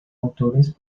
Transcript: autores